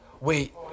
Wait